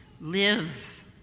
live